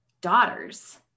daughters